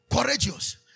Courageous